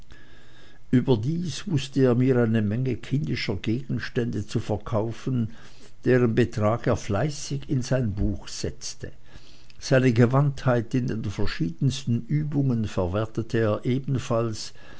überdies wußte er mir eine menge kindischer gegenstände zu verkaufen deren betrag er fleißig in sein buch setzte seine gewandtheit in den verschiedensten übungen verwertete er ebenfalls